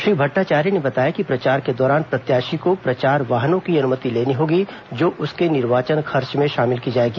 श्री भट्टाचार्य ने बताया कि प्रचार के दौरान प्रत्याषी को प्रचार वाहनों की अनुमति लेनी होगी जो उसके निर्वाचन खर्च में शामिल की जाएगी